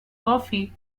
coffee